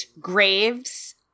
Graves